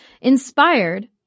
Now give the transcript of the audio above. inspired